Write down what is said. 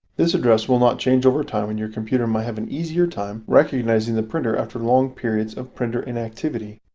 this address will not change over time and your computer might have an easier time recognizing the printer after long periods of printer inactivity.